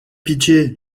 pitié